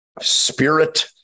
spirit